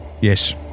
Yes